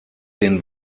den